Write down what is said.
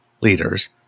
leaders